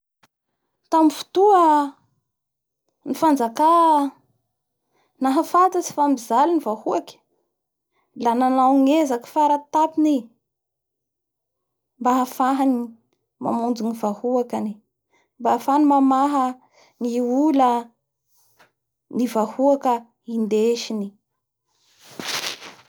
Nisy fanajaka raiky niafy zao tanatin'ny volkanoka, hatao akory i zay tsy ho may anatin'izao afo be ao zao i?